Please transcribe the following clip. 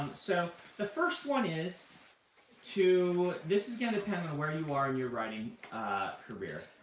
so the first one is to, this is going to depend on where you are in your writing career,